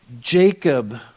Jacob